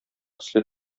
төсле